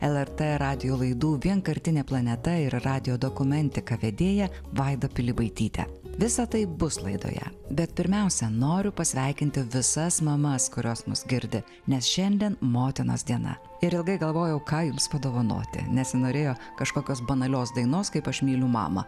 lrt radijo laidų vienkartinė planeta ir radijo dokumentika vedėja vaida pilibaityte visa tai bus laidoje bet pirmiausia noriu pasveikinti visas mamas kurios mus girdi nes šiandien motinos diena ir ilgai galvojau ką jums padovanoti nesinorėjo kažkokios banalios dainos kaip aš myliu mamą